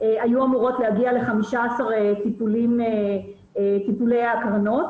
היו אמורות להגיע ל-15 טיפולי הקרנות